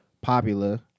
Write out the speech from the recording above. popular